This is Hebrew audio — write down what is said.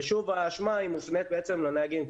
ושוב האשמה מופנית בעצם לנהגים,